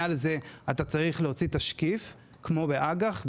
מעל לזה אתה צריך להוציא תשקיף, כמו באג"ח.